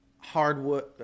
hardwood